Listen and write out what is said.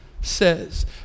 says